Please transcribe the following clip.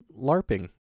larping